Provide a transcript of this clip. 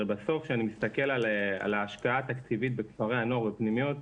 הרי בסוף כשאני מסתכל על ההשקעה התקציבית בכפרי הנוער ובפנימיות,